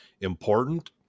important